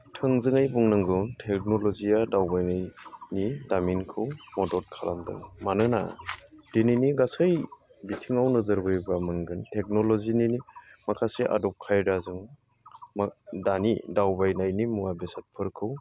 थोंजोङै बुंनांगौ टेकन'ल'जिया दावबायनायनि दामिनखौ मदद खालामदों मानोना दिनैनि गासै बिथिङाव नोजोरबोयोब्ला मोनगोन टेकन'ल'जिनि माखासे आदब खायदाजों दानि दावबायनायनि मुवा बेसादफोरखौ